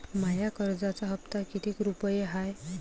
माया कर्जाचा हप्ता कितीक रुपये हाय?